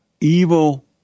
Evil